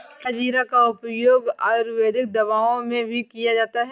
क्या जीरा का उपयोग आयुर्वेदिक दवाओं में भी किया जाता है?